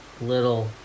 little